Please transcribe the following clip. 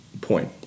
point